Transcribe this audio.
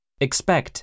expect